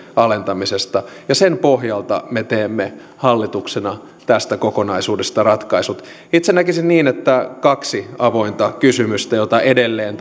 alentamisesta ja sen pohjalta me teemme hallituksena tästä kokonaisuudesta ratkaisut itse näkisin niin että on kaksi avointa kysymystä joita edelleen